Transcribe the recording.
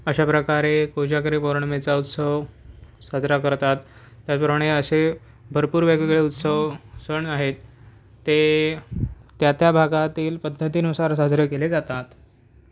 अशा प्रकारे कोजागरी पौर्णीमेंचा उत्सव साजरा करतात त्याचप्रमाणे असे भरपूर वेगवेगळे उत्सव सण आहेत ते त्या त्या भागातील पद्धतीनुसार साजरे केले जातात